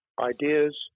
Ideas